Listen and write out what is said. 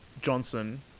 Johnson